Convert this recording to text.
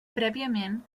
prèviament